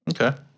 Okay